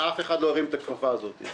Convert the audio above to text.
אף אחד לא הרים את הכפפה הזאת,